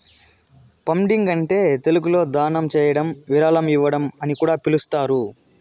funding అంటే తెలుగులో దానం చేయడం విరాళం ఇవ్వడం అని కూడా పిలుస్తారు